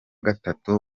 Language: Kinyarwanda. gatatu